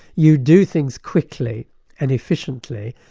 you do things quickly and efficiently,